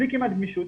בלי כמעט גמישות,